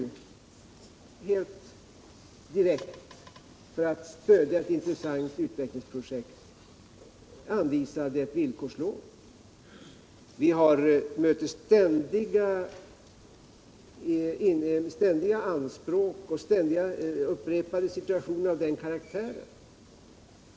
För att stödja ett intressant utvecklingsprojekt anvisade vi ju i det fallet ett villkorslån. Vi ställs ständigt inför överväganden av den karaktären.